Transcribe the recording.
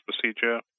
procedure